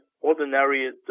ordinary